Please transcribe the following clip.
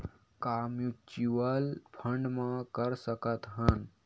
का mutual fund म कर सकत हन?